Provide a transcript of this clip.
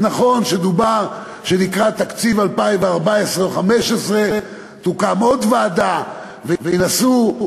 אז נכון שדובר שלקראת תקציב 2014 או 2015 תוקם עוד ועדה וינסו.